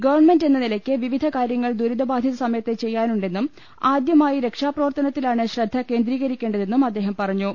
government എന്ന നിലയ്ക്ക് വിവിധ കാര്യങ്ങൾ ദുരിതബാധിത സമയത്ത് ചെയ്യാനുണ്ടെന്നും ആദ്യമായി രക്ഷാപ്രവർത്തനത്തി ലാണ് ശ്രദ്ധ കേന്ദ്രീകരിക്കേണ്ടതെന്നും അദ്ദേഹം പറഞ്ഞു